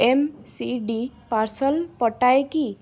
M C D parcel ପଟାଏ କି